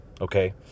okay